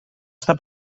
estar